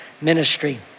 ministry